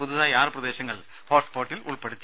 പുതുതായി ആറു പ്രദേശങ്ങൾ ഹോട്സ്പോട്ടിൽ ഉൾപ്പെടുത്തി